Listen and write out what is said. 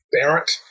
Barrett